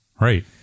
Right